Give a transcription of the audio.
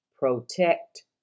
Protect